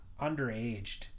underaged